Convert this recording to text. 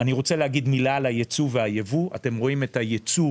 הייצוא והייבוא אתם רואים שהייצוא